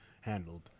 handled